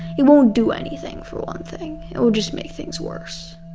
it won't do anything, for one thing. it will just make things worse.